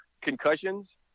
concussions